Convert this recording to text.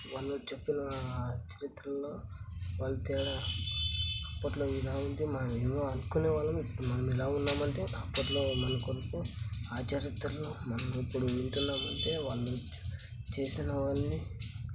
వాళ్ళు చెప్పిన చరిత్రలో వాళ్ళు తేడా అప్పట్లో ఇలా ఉంది మనం ఏమో అనుకునే వాళ్ళము ఇప్పుడు మనం ఇలా ఉన్నాము అంటే అప్పట్లో మన కొరకు ఆ చరిత్రలో మనం ఇప్పుడు వింటున్నాము అంటే వాళ్ళు చేసినవన్నీ